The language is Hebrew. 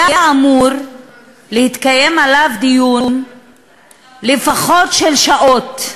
היה אמור להתקיים עליו דיון לפחות של שעות.